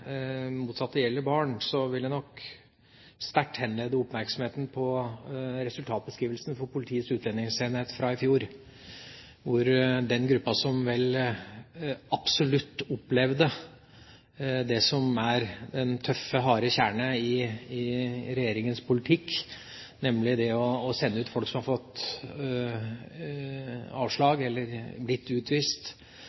gjelder barn, vil jeg sterkt henlede oppmerksomheten på resultatbeskrivelsene for Politiets utlendingsenhet fra i fjor. Den gruppen som vel absolutt opplevde det som er den tøffe, harde kjerne i regjeringas politikk, nemlig det å sende ut folk som har fått